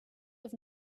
have